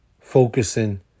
focusing